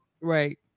Right